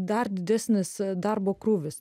dar didesnis darbo krūvis